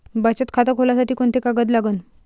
बचत खात खोलासाठी कोंते कागद लागन?